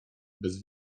bez